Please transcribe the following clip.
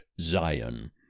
zion